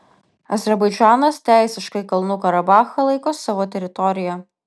azerbaidžanas teisiškai kalnų karabachą laiko savo teritorija